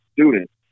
students